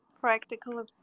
practical